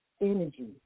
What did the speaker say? energy